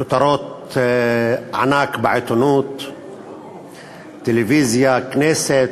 כותרות ענק בעיתונות, בטלוויזיה, בכנסת.